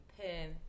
pin